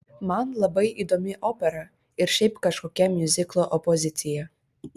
man labai įdomi opera ir šiaip kažkokia miuziklo opozicija